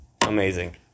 amazing